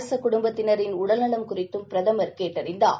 அரச குடும்பத்தினரின் உடல்நலம் குறித்துப் பிரதமர் கேட்டறிந்தார்